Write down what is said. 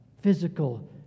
physical